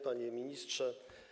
Panie Ministrze!